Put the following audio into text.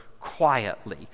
quietly